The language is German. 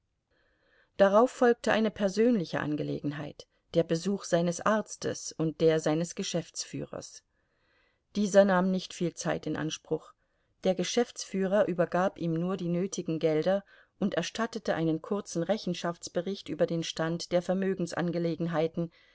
darauf folgte eine persönliche angelegenheit der besuch seines arztes und der seines geschäftsführers dieser nahm nicht viel zeit in anspruch der geschäftsführer übergab ihm nur die nötigen gelder und erstattete einen kurzen rechenschaftsbericht über den stand der